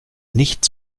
nicht